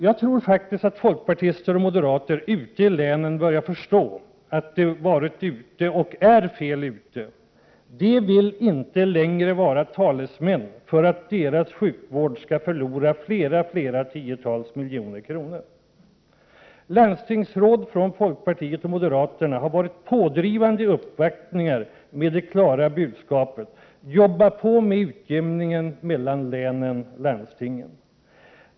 Jag tror faktiskt att folkpartister och moderater ute i länen börjat förstå att de har varit och är fel ute. De vill inte längre vara talesmän för att deras sjukvård skall förlora flera tiotal miljoner kronor varje år. Landstingsråd från folkpartiet och moderaterna har varit pådrivande i uppvaktningar med det klara budskapet: Jobba på med utjämningen mellan länen, landstingen!